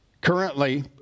Currently